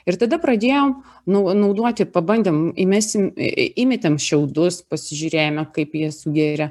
ir tada pradėjom nau naudoti pabandėm įmesim įmetėm šiaudus pasižiūrėjome kaip jie sugėrė